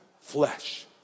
flesh